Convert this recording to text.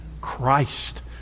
Christ